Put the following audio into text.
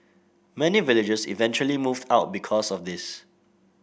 many villagers eventually moved out because of this